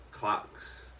clocks